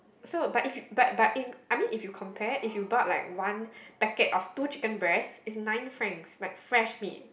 so but if you but but in I mean if you compare you bought like one packet of two chicken breast is nine Franks like fresh meat